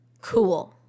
cool